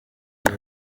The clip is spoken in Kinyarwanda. gihe